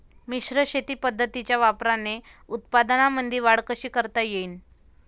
मिश्र शेती पद्धतीच्या वापराने उत्पन्नामंदी वाढ कशी करता येईन?